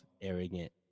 arrogant